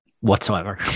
whatsoever